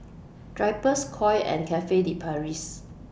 Drypers Koi and Cafe De Paris